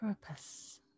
purpose